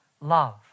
love